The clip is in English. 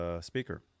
speaker